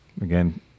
Again